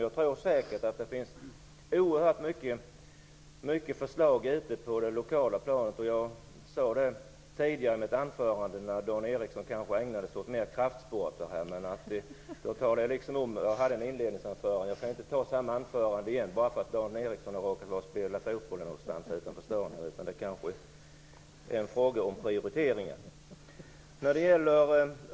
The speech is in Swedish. Jag tror säkert att det finns oerhört många förslag ute på det lokala planet. Jag talade om detta tidigare i mitt anförande, när Dan Ericsson ägnade sig åt kraftsporter. Jag höll ett inledningsanförande. Jag kan inte ta samma anförande igen bara för att Dan Ericsson har råkat spela fotboll någonstans utanför stan. Det är en fråga om prioriteringar.